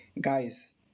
guys